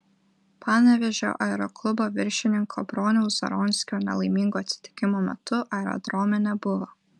panevėžio aeroklubo viršininko broniaus zaronskio nelaimingo atsitikimo metu aerodrome nebuvo